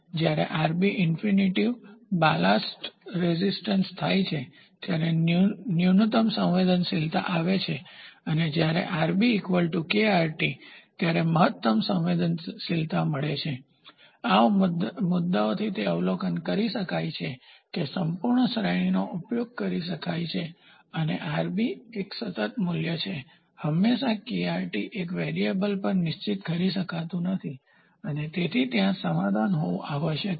જ્યારે Rbꝏ બલ્સ્ટનો પ્રતિકાર થાય ત્યારે ન્યૂનતમ સંવેદનશીલતા આવે છે જ્યારે Rb kRt બલ્સ્ટનો પ્રતિકાર થાય ત્યારે મહત્તમ સંવેદનશીલતા મળે છે આ મુદ્દાઓથી તે અવલોકન કરી શકાય છે કે સંપૂર્ણ શ્રેણીનો ઉપયોગ કરી શકાય છે અને Rb એક સતત મૂલ્ય છે હંમેશા kRt એક વેરિયેબલ પર નિશ્ચિત કરી શકાતું નથી અને તેથી ત્યાં સમાધાન હોવું આવશ્યક છે